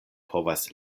povas